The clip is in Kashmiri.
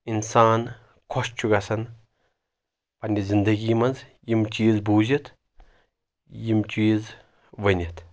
اِنسان خۄش چھُ گژھان پنٕنہِ زندگی منٛز یِم چیٖز بوٗزِتھ یِم چیٖز ؤنِتھ